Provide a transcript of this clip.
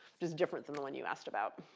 which is different than the one you asked about.